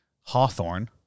Hawthorne